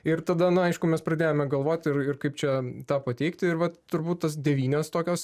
ir tada na aišku mes pradėjome galvoti ir ir kaip čia tą pateikti ir va turbūt tas devynios tokios